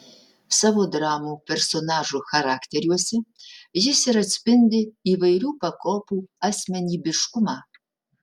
savo dramų personažų charakteriuose jis ir atspindi įvairių pakopų asmenybiškumą